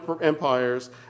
empires